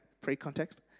pre-context